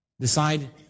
Decide